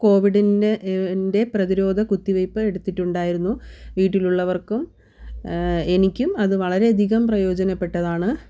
കോവിഡിൻ്റെ പ്രതിരോധ കുത്തിവെയ്പ്പ് എടുത്തിട്ടുണ്ടായിരുന്നു വീട്ടിലുള്ളവർക്കും എനിക്കും അത് വളരെയധികം പ്രയോജനപ്പെട്ടതാണ്